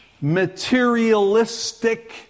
materialistic